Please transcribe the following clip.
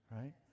right